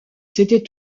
c’était